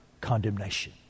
condemnation